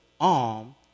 arm